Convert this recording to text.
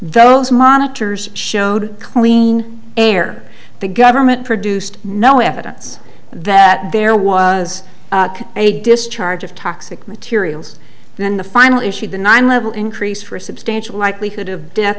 those monitors showed clean air the government produced no evidence that there was a discharge of toxic materials and then the final issue the nine level increase for us substantial likelihood of death